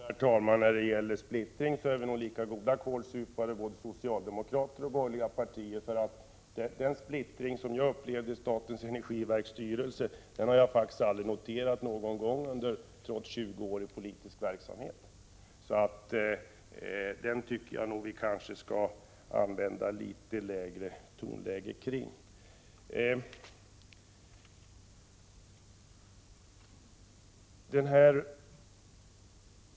Herr talman! När det gäller splittring är vi nog lika goda kålsupare, både socialdemokrater och borgerliga. En sådan splittring som den jag upplevde i statens energiverks styrelse har jag faktiskt aldrig noterat förut, trots 20 år i politisk verksamhet. Därför tycker jag att vi bör använda litet lägre tonläge i fråga om splittring.